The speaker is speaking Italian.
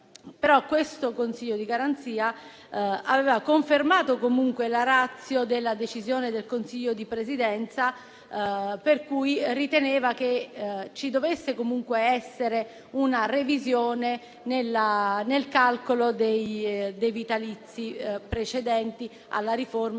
Il Consiglio di garanzia aveva però confermato la *ratio* della decisione del Consiglio di Presidenza, ritenendo che ci dovesse comunque essere una revisione nel calcolo dei vitalizi precedenti alla riforma